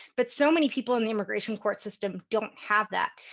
but so many people in the immigration court system don't have that.